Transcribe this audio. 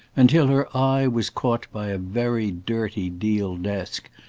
until her eye was caught by a very dirty deal desk,